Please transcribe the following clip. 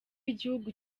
igihugu